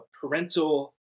parental